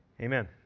Amen